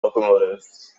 locomotives